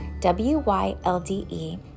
W-Y-L-D-E